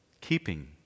keeping